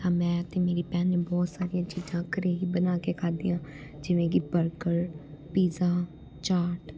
ਤਾਂ ਮੈਂ ਤੇ ਮੇਰੀ ਭੈਣ ਨੇ ਬਹੁਤ ਸਾਰੀਆਂ ਚੀਜ਼ਾਂ ਘਰ ਹੀ ਬਣਾ ਕੇ ਖਾਧੀਆਂ ਜਿਵੇਂ ਕਿ ਬਰਗਰ ਪੀਜ਼ਾ ਚਾਟ